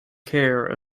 care